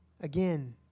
again